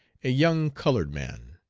a young colored man.